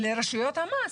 לרשויות המס.